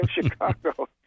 Chicago